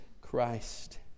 Christ